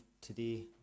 today